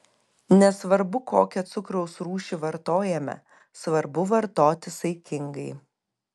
nesvarbu kokią cukraus rūšį vartojame svarbu vartoti saikingai